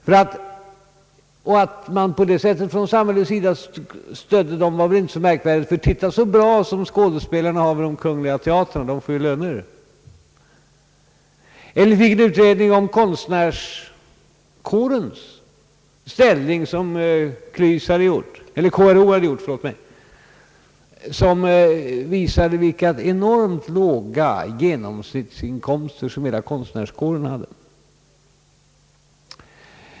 Att man skulle ge dem ett sådant stöd från det allmännas sida vore inte så märkvärdigt, ty se så bra skådespelarna vid de kungliga teatrarna har det! De får ju löner! En utredning om konstnärskårens ställning, som KRO hade gjort, visade vilka enormt låga genomsnittsinkomster som hela den kåren hade.